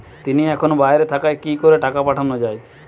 তিনি এখন বাইরে থাকায় কি করে টাকা পাঠানো য়ায়?